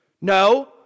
No